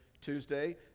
Tuesday